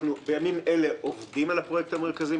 בימים אלה אנחנו עובדים על הפרויקט המרכזי.